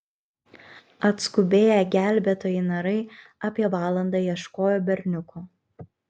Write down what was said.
atskubėję gelbėtojai narai apie valandą ieškojo berniuko